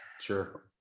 Sure